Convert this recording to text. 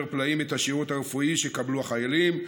פלאים את השירות הרפואי שיקבלו החיילים,